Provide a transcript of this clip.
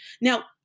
Now